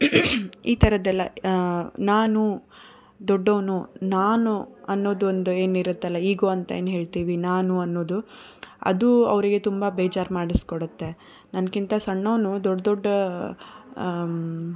ಈ ಥರದ್ದೆಲ್ಲ ನಾನು ದೊಡ್ಡೋನು ನಾನು ಅನ್ನೋದು ಒಂದು ಏನಿರುತ್ತಲ ಈಗೋ ಅಂತ ಏನು ಹೇಳ್ತೀವಿ ನಾನು ಅನ್ನೋದು ಅದು ಅವರಿಗೆ ತುಂಬ ಬೇಜಾರು ಮಾಡಿಸಿ ಕೊಡುತ್ತೆ ನನಗಿಂತ ಸಣ್ಣೋನು ದೊಡ್ಡ ದೊಡ್ಡ